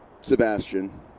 Sebastian